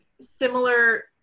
similar